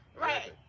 Right